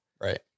Right